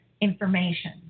information